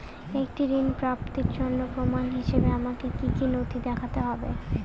একটি ঋণ প্রাপ্তির জন্য প্রমাণ হিসাবে আমাকে কী কী নথি দেখাতে হবে?